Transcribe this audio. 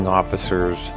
officers